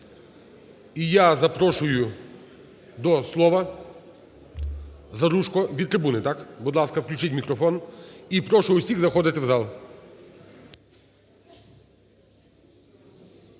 І я запрошую до слова Заружко. Від трибуни, так? Будь ласка, включіть мікрофон. І прошу усіх заходити у зал.